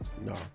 No